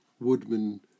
woodman